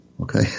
Okay